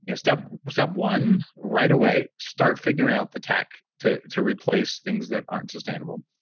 you know step step one, right away, start figuring out the tech to to replace things that aren't sustainable.